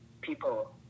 people